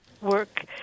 work